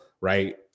right